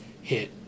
hit